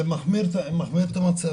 זה מחמיר את המצב.